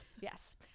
Yes